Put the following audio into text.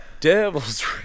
Devil's